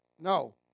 No